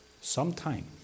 Sometime